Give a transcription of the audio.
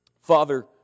Father